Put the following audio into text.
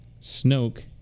Snoke